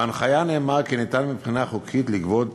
בהנחיה נאמר כי מותר מבחינה חוקית לגבות